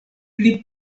pli